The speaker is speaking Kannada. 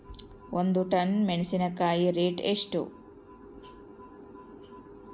ಒಂದು ಟನ್ ಮೆನೆಸಿನಕಾಯಿ ರೇಟ್ ಎಷ್ಟು?